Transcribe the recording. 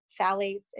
phthalates